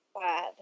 bad